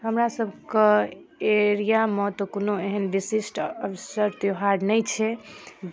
हमरासबके एरियामे तऽ कोनो एहन विशिष्ट अवसर त्यौहार नहि छै